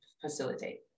facilitate